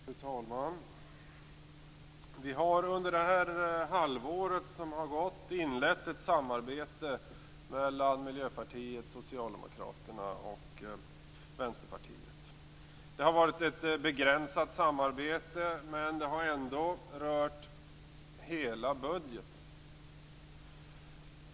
Fru talman! Vi har under det halvår som har gått inlett ett samarbete mellan Miljöpartiet, Socialdemokraterna och Vänsterpartiet. Det har varit ett begränsat samarbete, men det har ändå rört hela budgeten.